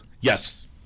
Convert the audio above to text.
yes